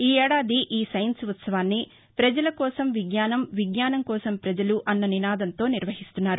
ఈ ఏడాది ఈ సైన్స్ ఉత్సవాన్ని పజల కోసం విజ్ఞానం విజ్ఞానం కోసం పజలు అన్న నినాదంతో నిర్వహిస్తున్నారు